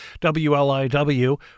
WLIW